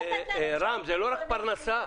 זה לא רק פרנסה.